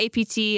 APT